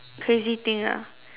crazy thing ah